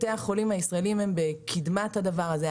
בתי החולים הישראלים הם בקדמת הדבר הזה,